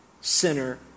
sinner